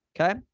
okay